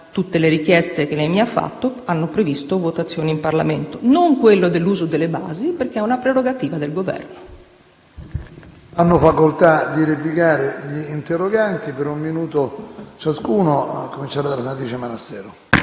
tutte le richieste che lei mi ha fatto hanno previsto votazioni in Parlamento; non quello dell'uso delle basi perché è una prerogativa del Governo.